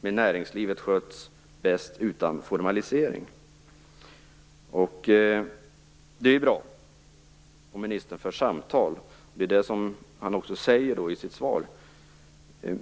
med näringslivet sköts bäst utan formalisering. Det är ju bra om ministern för samtal. Det är också det han säger i sitt svar.